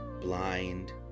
blind